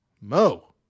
Mo